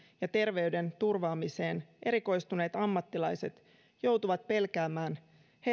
ja terveyden turvaamiseen erikoistuneet ammattilaiset joutuvat pelkäämään